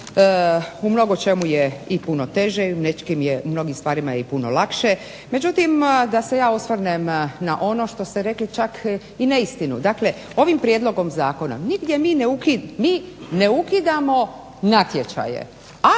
u mnogočemu je i puno teže, a u mnogim stvarima je i puno lakše, međutim da se ja osvrnem na ono što ste rekli čak i neistinu. Dakle, ovim prijedlogom zakona nigdje mi ne ukidamo natječaje,